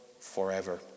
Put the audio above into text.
forever